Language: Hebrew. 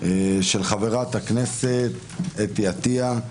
של חברת הכנסת אתי עטייה.